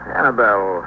Annabelle